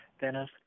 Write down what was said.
Dennis